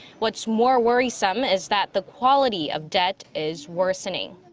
what's more worrisome is that the quality of debt is worsening.